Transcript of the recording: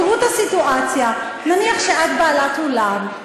תראו את הסיטואציה: נניח שאת בעלת אולם,